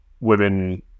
women